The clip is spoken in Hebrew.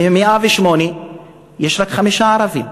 מ-108 יש רק חמישה ערבים.